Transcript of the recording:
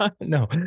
No